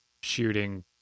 shooting